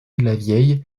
lavieille